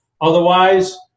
Otherwise